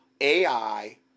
AI